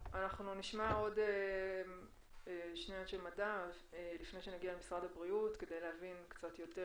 נשמע עוד שני אנשי מדע לפני שנגיע למשרד הבריאות כדי להבין קצת יותר